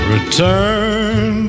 Return